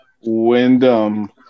Wyndham